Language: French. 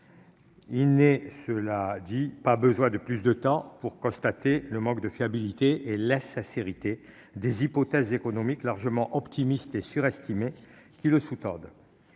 il n'est pas besoin de plus de temps pour constater le manque de fiabilité et l'insincérité des hypothèses économiques, largement optimistes et surestimées, qui le sous-tendent.